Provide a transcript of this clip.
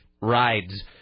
rides